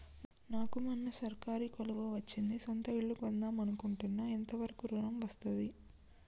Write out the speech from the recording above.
నాకు మొన్న సర్కారీ కొలువు వచ్చింది సొంత ఇల్లు కొన్దాం అనుకుంటున్నా ఎంత వరకు ఋణం వస్తది?